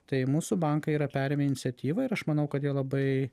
tai mūsų bankai yra perėmę iniciatyvą ir aš manau kad jie labai